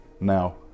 now